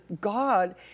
God